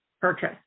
purchase